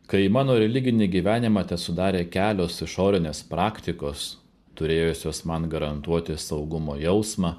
kai mano religinį gyvenimą tesudarė kelios išorinės praktikos turėjusios man garantuoti saugumo jausmą